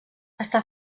està